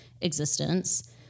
existence